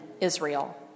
Israel